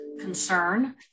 concern